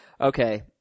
Okay